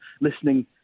Listening